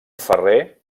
ferrer